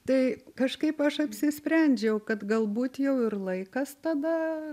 tai kažkaip aš apsisprendžiau kad galbūt jau ir laikas tada